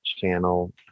channel